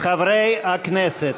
חברי הכנסת.